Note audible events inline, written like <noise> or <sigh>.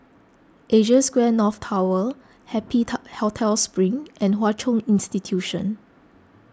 Asia Square North Tower Happy <unintelligible> Hotel Spring and Hwa Chong Institution